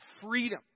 freedom